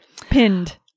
Pinned